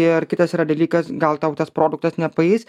ir kitas yra dalykas gal tau tas produktas nepaeis